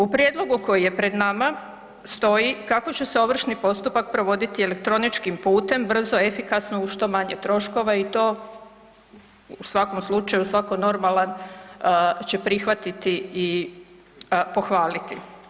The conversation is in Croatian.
U prijedlogu koji je pred nama stoji kako će se ovršni postupak provoditi elektroničkim putem, brzo, efikasno uz što maje troškova i to u svakom slučaju svako normalan će prihvatiti i pohvaliti.